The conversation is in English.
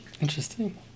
Interesting